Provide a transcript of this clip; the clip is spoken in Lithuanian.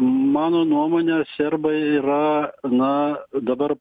mano nuomone serbai yra na dabar